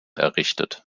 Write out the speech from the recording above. errichtet